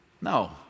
no